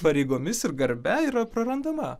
pareigomis ir garbe yra prarandama